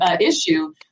issue